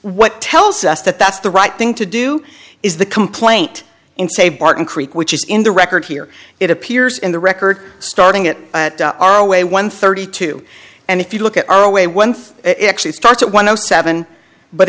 what tells us that that's the right thing to do is the complaint in say barton creek which is in the record here it appears in the record starting it our way one thirty two and if you look at our way when it actually starts at one o seven but